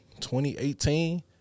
2018